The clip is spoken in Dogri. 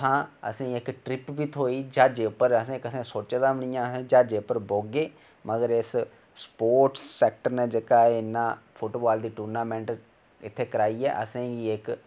असेंगी इक ट्रिप बी थ्होई ज्हाजै उप्पर असें कदें सोचे दा बी नेई हा कदें ज्हाजै उप्पर बौहगे मगर इस स्पोटस सेकटर ने जेहका एह् अपना फुटबाल दी टूर्नामेंट इत्थै कराई असेंगी इक